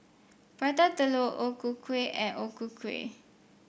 Prata Telur O Ku Kueh and O Ku Kueh